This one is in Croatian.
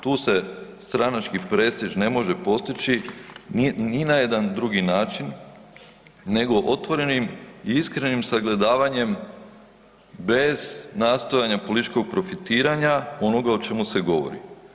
Tu se stranački prestiž ne može postići ni na jedan drugi način nego otvorenim i iskrenim sagledavanjem bez nastojanja političkog profitiranja onoga o čemu se govori.